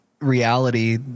reality